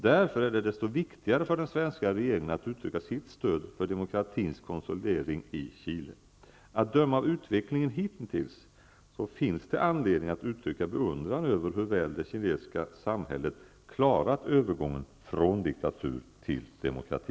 Därför är det desto viktigare för den svenska regeringen att uttrycka sitt stöd för demokratins konsolidering i Chile. Att döma av utvecklingen hittills finns det anledning att uttrycka beundran över hur väl det chilenska samhället klarat övergången från diktatur till demokrati.